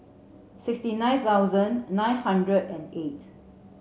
sixty nine thousand nine hundred and eight